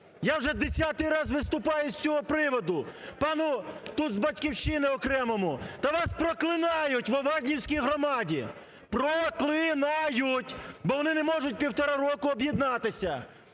Я вже десятий раз виступаю з цього приводу, пану тут з "Батьківщини" окремому, та вас проклинають в Овандівській громаді, проклинають, бо вони не можуть півтора року об'єднатися,